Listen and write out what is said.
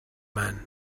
man